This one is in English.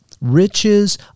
riches